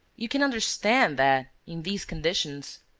you can understand that, in these conditions.